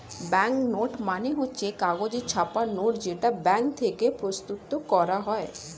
bank note মানে হচ্ছে কাগজে ছাপা নোট যেটা ব্যাঙ্ক থেকে প্রস্তুত করা হয়